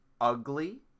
ugly